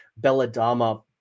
Belladama